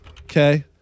Okay